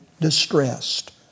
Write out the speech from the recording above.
distressed